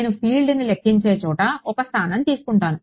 నేను ఫీల్డ్ని లెక్కించే చోట ఒక స్థానం తీసుకుంటాను